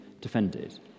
defended